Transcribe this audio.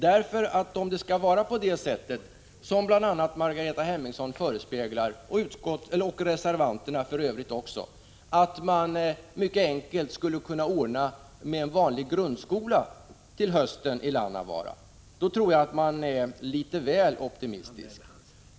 När Margareta Hemmingsson och reservanterna förespeglar att det är mycket enkelt att anordna en vanlig grundskola i Lannavaara till hösten är de nog litet väl optimistiska.